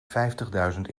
vijftigduizend